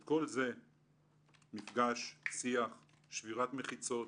את כל זה - מפגש, שיח, שבירת מחיצות,